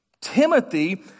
Timothy